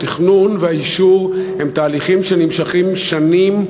התכנון והאישור הם תהליכים שנמשכים שנים.